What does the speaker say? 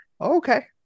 Okay